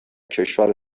کشور